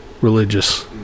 religious